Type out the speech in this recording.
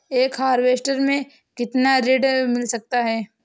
एक हेक्टेयर में कितना ऋण मिल सकता है?